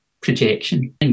projection